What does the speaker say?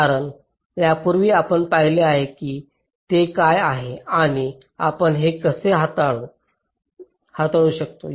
कारण यापूर्वी आपण पाहिले आहे की हे काय आहे आणि आपण हे कसे हाताळू शकतो